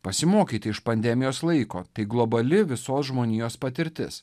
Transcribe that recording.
pasimokyti iš pandemijos laiko tai globali visos žmonijos patirtis